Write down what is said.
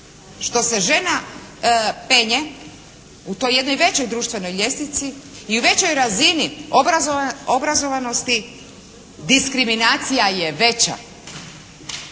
što se žena penje u toj jednoj većoj društvenoj ljestvici i u većoj razini obrazovanosti diskriminacija je veća.